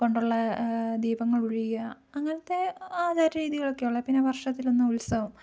കൊണ്ടുള്ള ദീപങ്ങൾ ഉഴിയുക അങ്ങനത്തെ ആചാര രീതികളൊക്കെ ഉള്ള പിന്നെ വർഷത്തിൽ ഒന്ന് ഉത്സവം